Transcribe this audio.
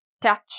touch